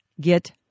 get